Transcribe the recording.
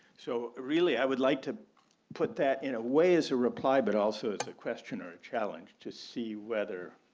so really, i would like to put that in a way as a reply, but also as a question or a challenge to see whether